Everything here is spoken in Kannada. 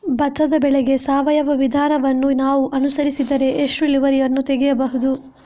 ಭತ್ತದ ಬೆಳೆಗೆ ಸಾವಯವ ವಿಧಾನವನ್ನು ನಾವು ಅನುಸರಿಸಿದರೆ ಎಷ್ಟು ಇಳುವರಿಯನ್ನು ತೆಗೆಯಬಹುದು?